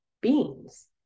beings